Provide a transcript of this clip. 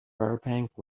burbank